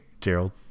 Gerald